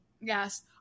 yes